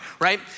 right